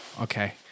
Okay